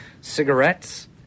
Cigarettes